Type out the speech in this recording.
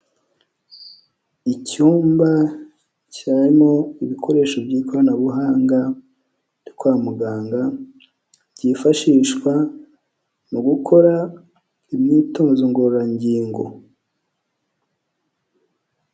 Icyumba cyarimo ibikoresho by'ikoranabuhanga kwa muganga, byifashishwa mu gukora imyitozo ngororangingo.